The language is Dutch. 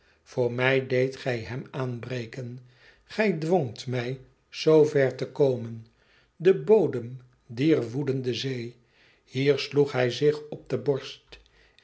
voor mij deedt gij hem aanbreken gij dwongt mij zoo ver te komen de bodem dier woedende zee hier sloeg hij zich op de borst